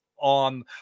on